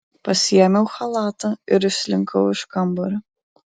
pasiėmiau chalatą ir išslinkau iš kambario